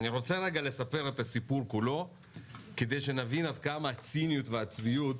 אני רוצה לספר את הסיפור כולו כדי שנבין עד כמה הציניות והצביעות